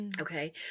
Okay